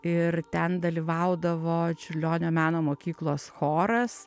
ir ten dalyvaudavo čiurlionio meno mokyklos choras